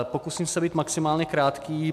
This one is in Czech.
Pokusím se být maximálně krátký.